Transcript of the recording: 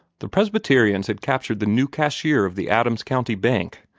the presbyterians had captured the new cashier of the adams county bank,